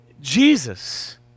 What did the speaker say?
Jesus